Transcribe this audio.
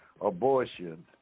abortion